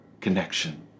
connection